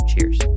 cheers